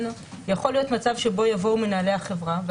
יכול להיות מצב שבו יבואו מנהלי החברה,